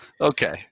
Okay